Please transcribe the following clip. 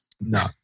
No